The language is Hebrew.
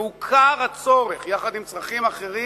והוכר הצורך, יחד עם צרכים אחרים,